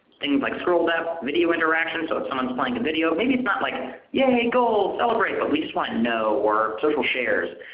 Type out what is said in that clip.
things like scroll depth, video interaction so if someone's playing a video. maybe it's not like yay, goals, celebrate, but we just want to know, or social shares.